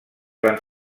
van